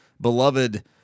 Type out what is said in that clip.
beloved